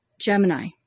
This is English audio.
Gemini